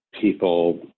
people